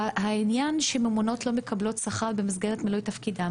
העניין שממונות לא מקבלות שכר במסגרת מילוי תפקידן